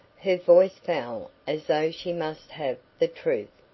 her voice fell as though she must have the truth.